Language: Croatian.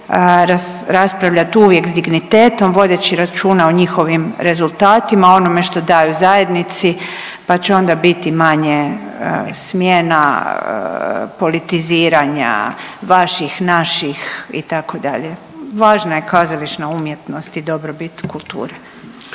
raspravljat uvijek s dignitetom vodeći računa o njihovim rezultatima, onome što daju zajednici pa će onda biti manje smjena, politiziranja, vaših, naših itd. Važna je kazališna umjetnost i dobrobit u kulturi.